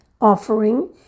offering